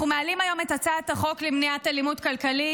אנחנו מעלים היום את הצעת החוק למניעת אלימות כלכלית,